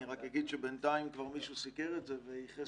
אני מדבר איתך בשם ציבור שלם שמרגיש שיש כאן צד אחד וצד